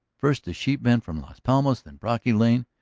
first the sheepman from las palmas, then brocky lane,